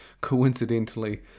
coincidentally